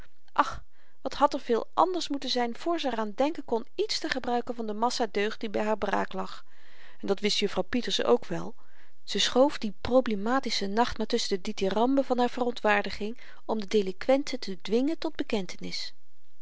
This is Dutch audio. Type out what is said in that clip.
ach wat had er veel anders moeten zyn voor ze r aan denken kon iets te gebruiken van de massa deugd die by haar braak lag en dat wist juffrouw pieterse ook wel ze schoof dien problematischen nacht maar tusschen de dithyramben van haar verontwaardiging om de delinkwente te dwingen tot bekentenis